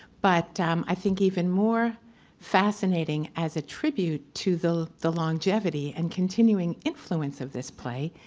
but i think even more fascinating as a tribute to the the longevity and continuing influence of this play,